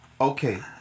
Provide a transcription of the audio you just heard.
Okay